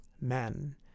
men